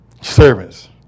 Servants